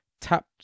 tap